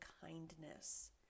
kindness